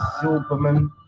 Silverman